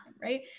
right